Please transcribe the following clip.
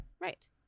Right